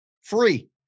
Free